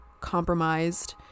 compromised